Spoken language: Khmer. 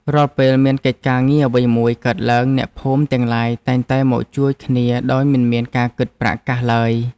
រាល់ពេលមានកិច្ចការងារអ្វីមួយកើតឡើងអ្នកភូមិទាំងឡាយតែងតែមកជួយគ្នាដោយមិនមានការគិតប្រាក់កាសឡើយ។